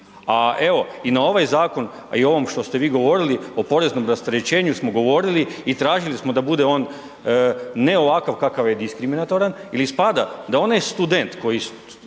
a evo, i na ovaj zakon i ovom što ste vi govorili, o poreznom rasterećenju smo govorili i tražili smo da bude on ne ovakav kakav je, diskriminatoran, jer ispada da onaj student koji